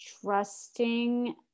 trusting